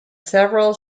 several